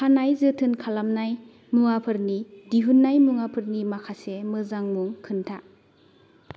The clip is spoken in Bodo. खानाय जोथोन खालामनाय मुवाफोरनि दिहुननाय मुवाफोरनि माखासे मोजां मुं खोन्था